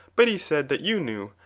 but he said that you knew,